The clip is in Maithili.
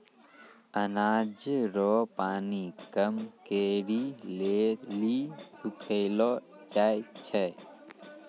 अनाज रो पानी कम करै लेली सुखैलो जाय छै